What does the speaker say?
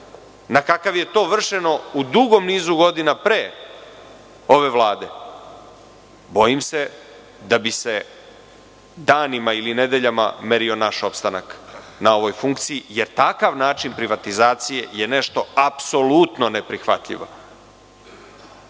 na kakav je to vršeno u dugom nizu godina pre ove Vlade bojim se da bi se danima ili nedeljama merio naš opstanak na ovoj funkciji, jer takav način privatizacije je nešto apsolutno neprihvatljivo. Koliko